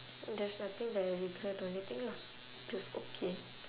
there's nothing that I regret or anything lah just okay